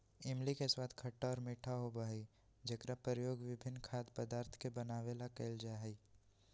इमली के स्वाद खट्टा और मीठा होबा हई जेकरा प्रयोग विभिन्न खाद्य पदार्थ के बनावे ला कइल जाहई